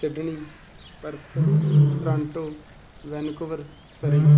Sydney Perth Toronto Vancouver Surrey